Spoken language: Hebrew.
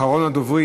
אחרון הדוברים.